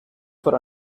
for